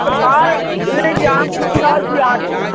सरकार बुझैत छी हम पुछि रहल छी अहाँकेँ